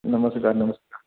नमस्कार नमस्कार